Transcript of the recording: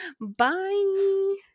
bye